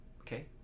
Okay